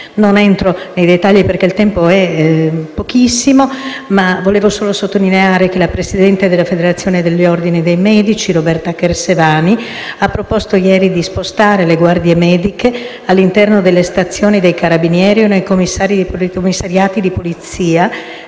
Non entro nei dettagli per ragioni di tempo, ma vorrei sottolineare che la presidente della Federazione degli ordini dei medici, Roberta Chersevani, ha proposto ieri di spostare le guardie mediche all'interno delle stazioni dei carabinieri o nei commissariati di polizia